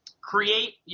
create –